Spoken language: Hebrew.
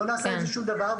לא נעשה עם זה שום דבר.